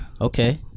Okay